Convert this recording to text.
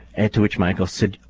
and to which michael said,